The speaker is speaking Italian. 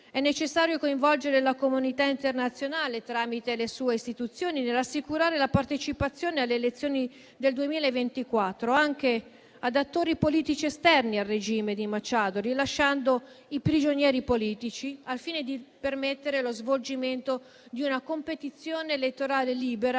È necessario coinvolgere la comunità internazionale, tramite le sue istituzioni, nell'assicurare la partecipazione alle elezioni del 2024 anche ad attori politici esterni al regime di Maduro, rilasciando i prigionieri politici, al fine di permettere lo svolgimento di una competizione elettorale libera,